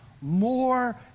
more